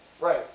Right